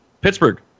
Pittsburgh